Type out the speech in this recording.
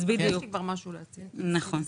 נכון.